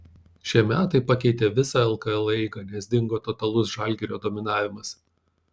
šie metai pakeitė visą lkl eigą nes dingo totalus žalgirio dominavimas